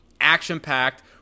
action-packed